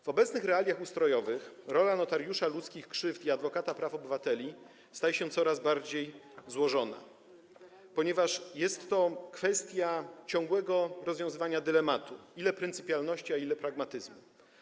W obecnych realiach ustrojowych rola notariusza ludzkich krzywd i adwokata praw obywateli staje się coraz bardziej złożona, ponieważ jest to kwestia ciągłego rozwiązywania dylematu: ile pryncypialności a ile pragmatyzmu.